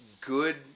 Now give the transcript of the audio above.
good